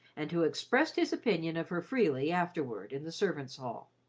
and who expressed his opinion of her freely afterward, in the servants' hall.